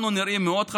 שנראים לנו מאוד חשובים,